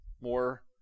more